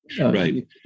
Right